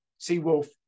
Seawolf